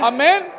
Amen